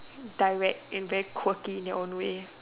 direct and very quirky in your own way